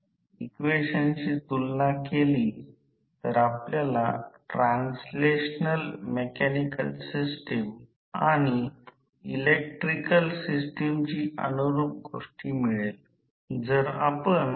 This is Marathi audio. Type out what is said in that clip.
म्हणजे याचा अर्थ असा की ही सर्किट प्रत्यक्षात हा सर्किट r2 ' s आहे s पुन्हा एकदा या r2 ला सांगत आहेr2 ' s दोन गोष्टी केल्या जाऊ शकतात